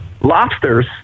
lobsters